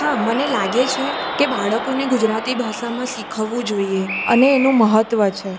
હા મને લાગે છે કે બાળકોને ગુજરાતી ભાષામાં શીખવવું અને એનું મહત્ત્વ છે